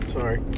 Sorry